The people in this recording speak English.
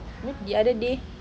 the other day